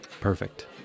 Perfect